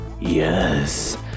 Yes